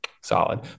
solid